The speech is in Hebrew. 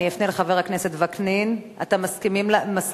אני אפנה לחבר הכנסת וקנין: אתה מסכים להתניות?